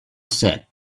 said